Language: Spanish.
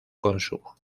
consumo